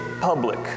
public